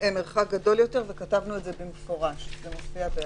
מרחק גדול יותר, וכתבנו את זה במפורש, זה מופיע.